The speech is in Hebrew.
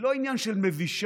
העניין הוא לא שהיא מבישה,